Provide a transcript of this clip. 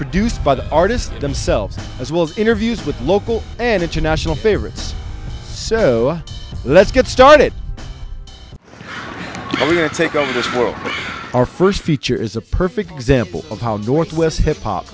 produced by the artists themselves as well as interviews with local and international favorites so let's get started going to take over the world but our first feature is a perfect example of how northwest hip hop